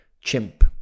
chimp